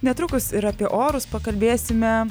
netrukus ir apie orus pakalbėsime